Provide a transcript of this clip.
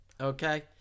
Okay